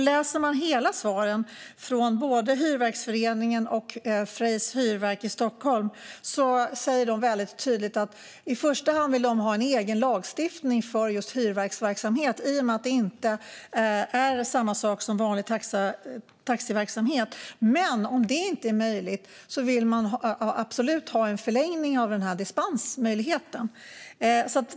Läser man hela svaren från Svenska Hyrverksföreningen och Freys Hyrverk i Stockholm ser man att de väldigt tydligt skriver de att i första hand vill ha en egen lagstiftning för just hyrverksverksamhet i och med att det inte är samma sak som vanlig taxiverksamhet. Om det inte är möjligt vill de absolut ha en förlängning av dispensmöjligheten.